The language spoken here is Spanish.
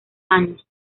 años